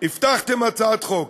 הבטחתם הצעת חוק.